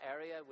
area